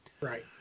Right